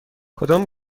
کدام